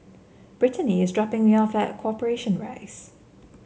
Brittanie is dropping me off at Corporation Rise